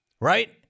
Right